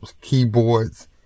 keyboards